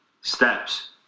steps